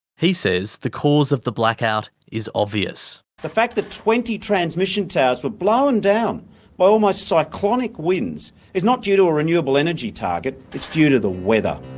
he says the cause of the blackout is obvious. the fact that twenty transmission towers were blown down by almost cyclonic winds is not due to a renewable energy target, it's due to the weather.